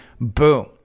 Boom